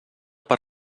per